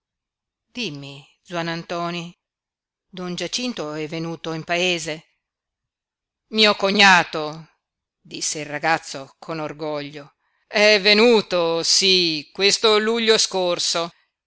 dimmi zuannantoni don giacinto è venuto in paese mio cognato disse il ragazzo con orgoglio è venuto sí questo luglio scorso